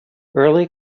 early